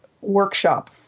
workshop